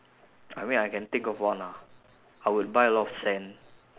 I mean I can think of one ah I would buy a lot of sand